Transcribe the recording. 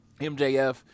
MJF